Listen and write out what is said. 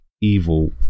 evil